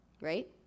right